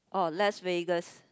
or Las Vegas